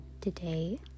today